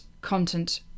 content